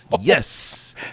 Yes